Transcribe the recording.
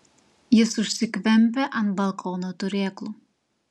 jis užsikvempia ant balkono turėklų